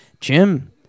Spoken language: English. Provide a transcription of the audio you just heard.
Jim